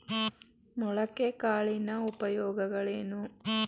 ಮೊಳಕೆ ಕಾಳಿನ ಉಪಯೋಗಗಳೇನು?